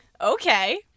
Okay